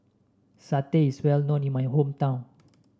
satay is well known in my hometown